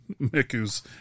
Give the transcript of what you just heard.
Miku's